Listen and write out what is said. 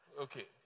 okay